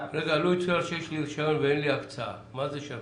יש לי רישיון ואין לי הקצאה, מה זה שווה?